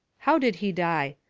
how did he die?